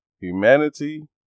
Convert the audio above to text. humanity